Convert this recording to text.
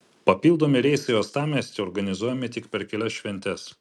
papildomi reisai uostamiestyje organizuojami tik per kelias šventes